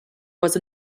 was